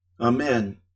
Amen